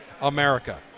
America